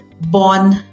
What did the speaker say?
born